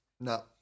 no